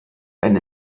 eine